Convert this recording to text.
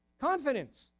confidence